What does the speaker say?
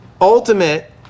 ultimate